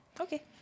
Okay